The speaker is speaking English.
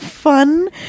Fun